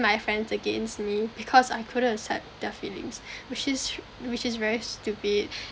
my friends against me because I couldn't accept their feelings which is which is very stupid